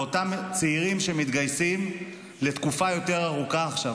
לאותם צעירים שמתגייסים לתקופה יותר ארוכה עכשיו,